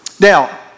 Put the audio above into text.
Now